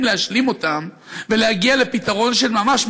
להשלים אותם ולהגיע לפתרון של ממש,